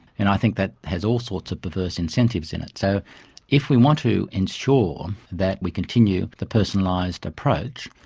and i think that has all sorts of perverse incentives in it. so if we want to ensure that we continue the personalised approach,